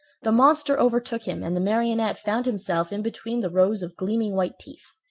the monster overtook him and the marionette found himself in between the rows of gleaming white teeth.